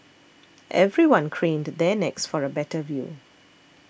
everyone craned their necks for a better view